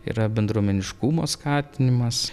yra bendruomeniškumo skatinimas